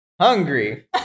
hungry